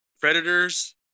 Predators